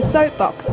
Soapbox